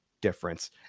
difference